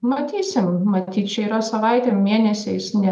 matysim matyt čia yra savaitė mėnesiais ne